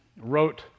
wrote